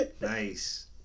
nice